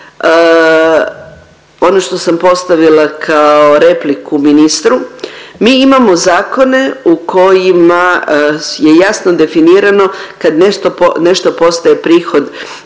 ono što sam postavila kao repliku ministru, mi imamo zakone u kojima je jasno definirano kad nešto postaje prihod